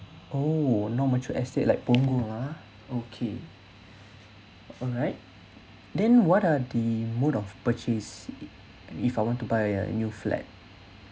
oh non mature estate like punggol ah okay alright then what are the mode of purchase if I want to buy a new flat